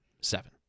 Seven